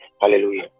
hallelujah